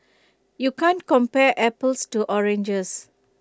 you can't compare apples to oranges